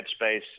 headspace